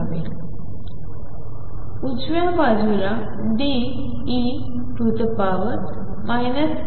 तर उजव्या बाजूला D e αx